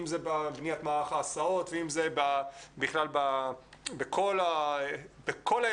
אם זה בבניית מערך ההסעות ואם זה בכלל בכל ההיבטים